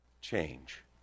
change